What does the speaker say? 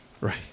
Right